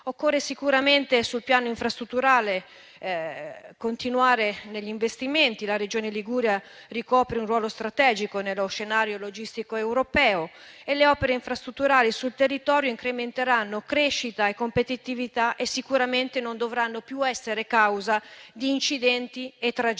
investimenti sul piano infrastrutturale. La Regione Liguria ricopre un ruolo strategico nello scenario logistico europeo; le opere infrastrutturali sul territorio incrementeranno crescita e competitività e sicuramente non dovranno più essere causa di incidenti e tragedie.